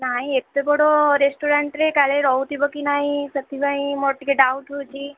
ନାଇ ଏତେ ବଡ଼ ରେଷ୍ଟ୍ରୁରାଣ୍ଟ୍ରେ କାଳେ ରହୁଥିବ କି ନାଇଁ ସେଥିପାଇଁ ମୋର ଟିକେ ଡାଉଟ୍ ହେଉଛି